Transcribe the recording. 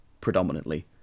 predominantly